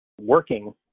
working